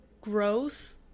growth